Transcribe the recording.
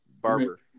Barber